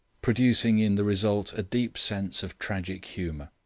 producing in the result a deep sense of tragic humour.